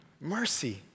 Mercy